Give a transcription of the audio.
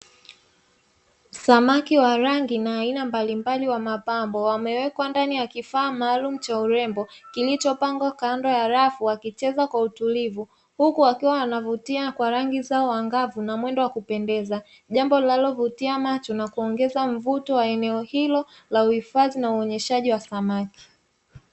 Samaki wa rangi na aina mbalimbali wa mapambo wamewekwa ndani ya kifaa maalumu cha urembo kilichopangwa kando ya rafu wakicheza kwa utulivu, huku wakiwa wanavutia kwa rangi zao angavu na mwendo wa kupendeza jambo linalovutia macho na kuongeza mvuto wa eneo hilo la uhifadhi na uonyeshaji wa samaki.